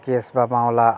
case বা মামলা